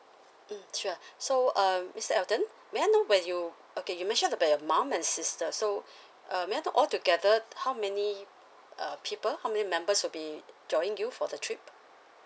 mm sure so err mister elton may I know when you okay you mentioned about your mom and sister so uh may I know all together how many uh people how many members will be joining you for the trip